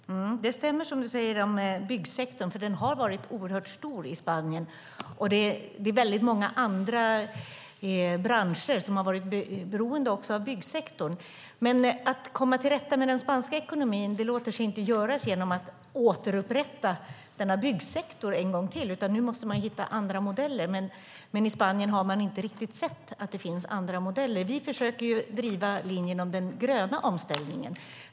Herr talman! Det som Gustav Blix säger om byggsektorn stämmer. Den har varit oerhört stor i Spanien, och väldigt många andra branscher har varit beroende av byggsektorn. Men att komma till rätta med den spanska ekonomin låter sig inte göra genom att man återupprättar denna byggsektor. Nu måste man hitta andra modeller. Men i Spanien har man inte riktigt sett att det finns andra modeller. Vi försöker driva linjen med den gröna omställningen.